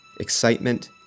excitement